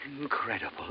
Incredible